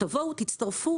תבואו, תצטרפו